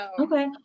Okay